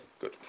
good